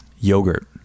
yogurt